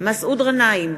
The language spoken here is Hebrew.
מסעוד גנאים,